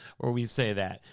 where we say that.